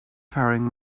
faring